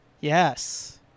Yes